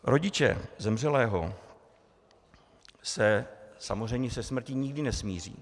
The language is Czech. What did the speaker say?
Rodiče zemřelého se samozřejmě se smrtí nikdy nesmíří.